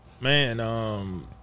Man